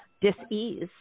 dis-ease